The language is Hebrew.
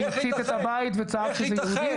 שהצית את הבית וצעק שזה יהודי?